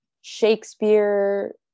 shakespeare